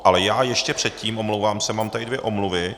Ale ještě předtím, omlouvám se, mám tady dvě omluvy.